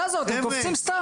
לא יעזור, אתם קופצים סתם.